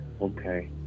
Okay